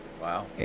Wow